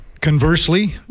Conversely